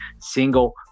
single